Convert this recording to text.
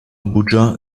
abuja